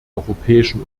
europäischen